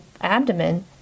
abdomen